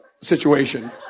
situation